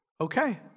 Okay